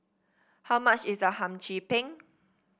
how much is Hum Chim Peng